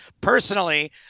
Personally